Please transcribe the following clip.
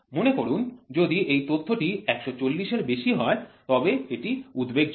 মনে করুন যদি এই তথ্যটি ১৪০ এর বেশি হয় তবে এটি উদ্বেগজনক